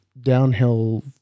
downhill